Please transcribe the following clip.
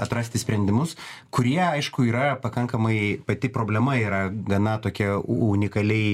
atrasti sprendimus kurie aišku yra pakankamai pati problema yra gana tokia unikaliai